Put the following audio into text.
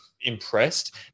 impressed